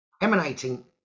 emanating